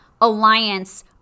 alliance